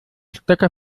stecker